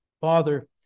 Father